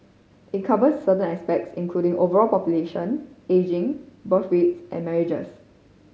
it covers certain aspects including overall population ageing birth rate and marriages